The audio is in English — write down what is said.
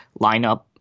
lineup